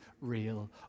real